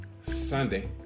Sunday